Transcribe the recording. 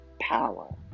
power